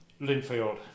Linfield